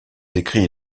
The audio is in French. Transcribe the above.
écrits